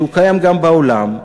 שקיים גם בעולם,